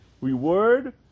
Reward